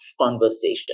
conversation